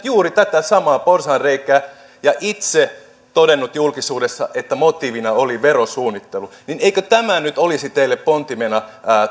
juuri tätä samaa porsaanreikää ja itse todennut julkisuudessa että motiivina oli verosuunnittelu eikö tämä olisi nyt teille pontimena